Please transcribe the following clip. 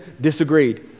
disagreed